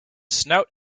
snout